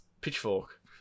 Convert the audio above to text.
pitchfork